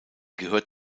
gehört